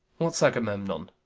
what's agamemnon?